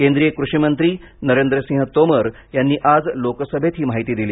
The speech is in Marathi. केंद्रीय कृषी मंत्री नरेंद्र सिंग तोमर यांनी आज लोकसभेत ही माहिती दिली